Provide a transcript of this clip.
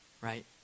right